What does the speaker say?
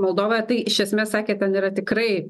moldovą tai iš esmės sakė ten yra tikrai